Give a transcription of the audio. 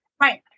Right